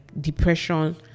depression